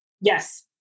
Yes